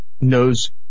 knows